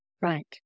Right